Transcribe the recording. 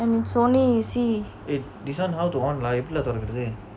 and in sony you see